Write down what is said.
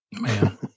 Man